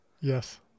yes